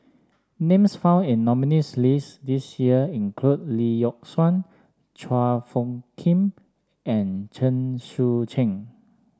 names found in the nominees' list this year include Lee Yock Suan Chua Phung Kim and Chen Sucheng